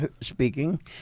speaking